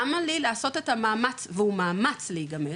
למה לי לעשות את המאמץ והוא מאמץ להיגמל,